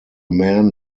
man